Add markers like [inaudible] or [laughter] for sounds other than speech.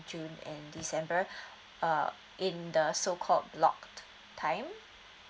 june and december [breath] uh in the so called block time